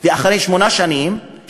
ואחרי שמונה שנים,